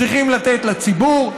צריכים לתת לציבור.